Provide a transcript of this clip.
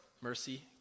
mercy